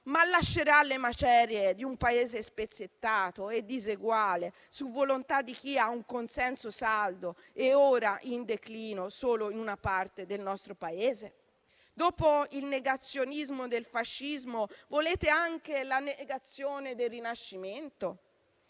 lascerà le macerie di un Paese spezzettato e diseguale, per volontà di chi ha un consenso saldo e ora in declino solo in una parte del nostro Paese. Dopo il negazionismo del fascismo, volete anche la negazione del Rinascimento?